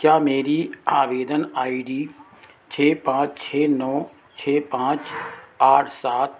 क्या मेरी आवेदन आई डी छः पाँच छः नौ छः पाँच आठ सात